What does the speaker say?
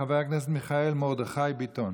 חבר הכנסת מיכאל מרדכי ביטון.